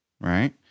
Right